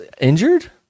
injured